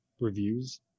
reviews